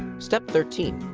step thirteen.